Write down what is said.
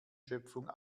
schöpfung